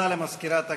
תודה למזכירת הכנסת.